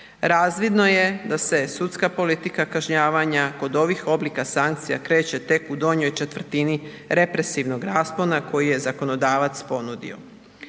Razvidno je da se sudska politika kažnjavanja kod ovih oblika sankcija kreće tek u donjoj četvrtini represivnog raspona koji je zakonodavac ponudio.